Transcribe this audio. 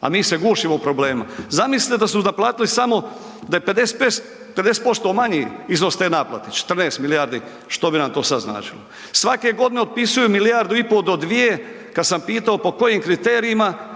a mi se gušimo u problemima. Zamislite da su naplatili samo, da je 50% manji iznos te naplate 14 milijardi što bi nam to sada značilo. Svake godine otpisuju milijardu i pol do dvije, kada sam pitao po kojim kriterijima